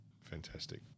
Fantastic